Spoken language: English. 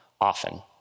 often